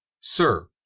Sir